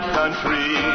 country